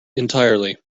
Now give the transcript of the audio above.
entirely